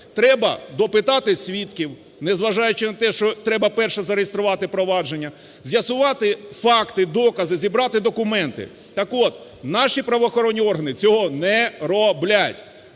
треба допитати свідків, незважаючи на те, що треба перше зареєструвати провадження, з'ясувати факти, докази, зібрати документи. Так-от наші правоохоронні органи цього не роблять.